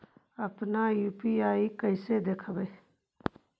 अपन यु.पी.आई कैसे देखबै?